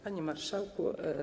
Panie Marszałku!